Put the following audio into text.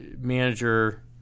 manager